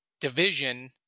division